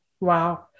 Wow